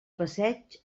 passeig